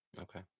Okay